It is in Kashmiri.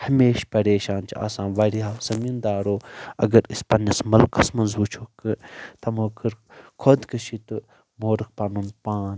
ہمیشہٕ پَریشان چھ آسان وارِیاہو زٔمیٖندارو اگر أسۍ پننِس مُلکس منٛز وٕچھو تَمو کٔر خودکٔشی تہٕ مورُکھ پنُن پان